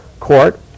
Court